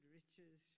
riches